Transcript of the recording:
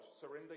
Surrender